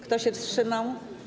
Kto się wstrzymał?